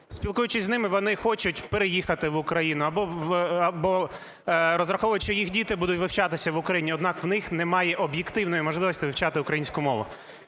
Спілкуючись з ними, вони хочуть переїхати в Україну або розраховують, що їх діти будуть вчитися в Україні. Однак у них немає об'єктивної можливості вивчати українську мову.